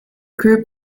group